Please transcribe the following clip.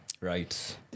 Right